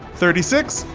thirty six.